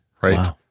right